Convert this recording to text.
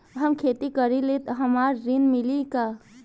हम खेती करीले हमरा ऋण मिली का?